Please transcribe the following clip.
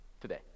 today